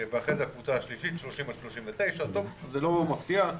ואחרי זה הקבוצה השלישית, 30 עד 39, זה לא מפתיע.